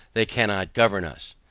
they cannot govern us.